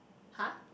!huh!